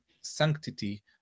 sanctity